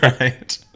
right